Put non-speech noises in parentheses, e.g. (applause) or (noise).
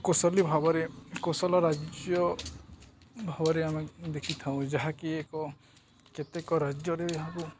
କୌଶଲି ଭାବରେ କୌଶଲ ରାଜ୍ୟ ଭାବରେ ଆମେ ଦେଖିଥାଉ ଯାହାକି ଏକ କେତେକ ରାଜ୍ୟରେ (unintelligible)